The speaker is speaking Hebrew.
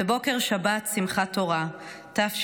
בבוקר שבת, שמחת תורה תשפ"ד,